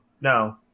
No